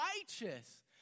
righteous